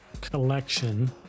collection